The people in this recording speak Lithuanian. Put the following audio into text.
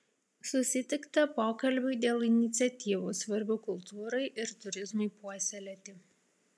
susitikta pokalbiui dėl iniciatyvų svarbių kultūrai ir turizmui puoselėti